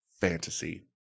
fantasy